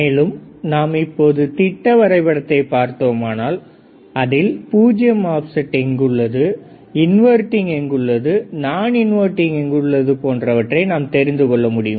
மேலும் நாம் இப்பொழுது திட்ட வரைபடத்தை பார்த்தோமானால் அதில் பூஜ்யம் ஆப்செட் எங்கு உள்ளது இன்வெர்டிங் எங்கு உள்ளது நான் இன்வெர்டிங் எங்கு உள்ளது போன்றவற்றை நாம் தெரிந்துகொள்ள முடியும்